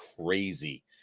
crazy